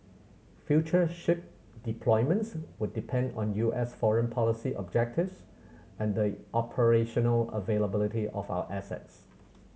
future ship deployments would depend on U S foreign policy objectives and the operational availability of our assets